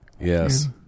Yes